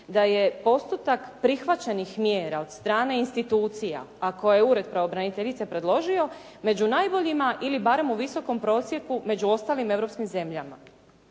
da je postotak prihvaćenih mjera od strane institucija, a koji je ured pravobraniteljice predložio među najboljima ili barem u visokom prosjeku među ostalim europskim zemljama.